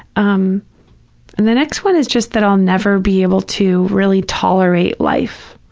um and the next one is just that i'll never be able to really tolerate life.